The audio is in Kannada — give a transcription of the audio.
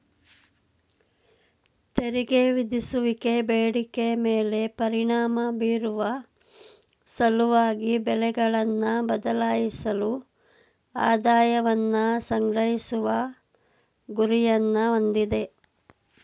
ತೆರಿಗೆ ವಿಧಿಸುವಿಕೆ ಬೇಡಿಕೆ ಮೇಲೆ ಪರಿಣಾಮ ಬೀರುವ ಸಲುವಾಗಿ ಬೆಲೆಗಳನ್ನ ಬದಲಾಯಿಸಲು ಆದಾಯವನ್ನ ಸಂಗ್ರಹಿಸುವ ಗುರಿಯನ್ನ ಹೊಂದಿದೆ